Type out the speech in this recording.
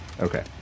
Okay